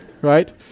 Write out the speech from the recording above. Right